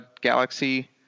galaxy